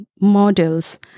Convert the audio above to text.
Models